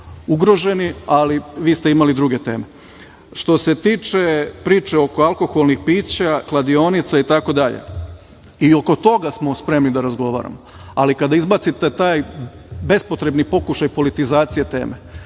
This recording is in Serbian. ugroženi, ali vi ste imali druge teme. Što se tiče priče oko alkoholnih pića, kladionica i tako dalje, i oko toga smo spremni da razgovaramo, ali kada izbacite taj bespotrebni pokušaj politizacije teme.